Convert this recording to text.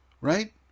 right